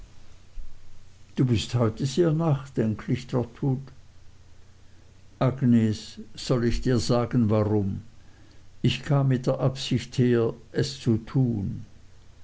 du bist heute sehr nachdenklich trotwood agnes soll ich dir sagen warum ich kam mit der absicht her es zu tun